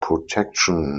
protection